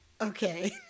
Okay